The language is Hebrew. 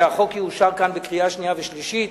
שהחוק יאושר כאן בקריאה שנייה ובקריאה שלישית.